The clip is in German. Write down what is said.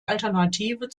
alternative